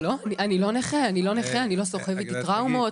אני לא סוחב איתי טראומות,